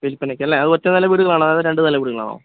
വിൽപ്പനക്കല്ലേ അത് ഒറ്റനില വീടുകളാണോ അതോ രണ്ട് നില വീടുകളാണോ